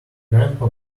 grandpa